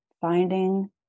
finding